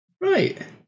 Right